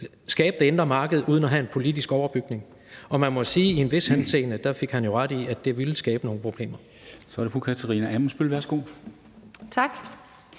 skabe det indre marked uden at have en politisk overbygning, og man må sige, at i en vis henseende fik han jo ret i, at det ville skabe nogle problemer.